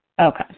Okay